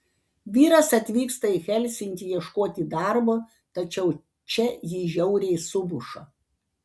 vyras atvyksta į helsinkį ieškoti darbo tačiau čia jį žiauriai sumuša